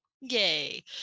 Yay